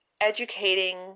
educating